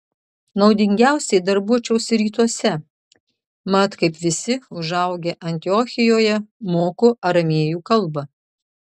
naudingiausiai darbuočiausi rytuose mat kaip visi užaugę antiochijoje moku aramėjų kalbą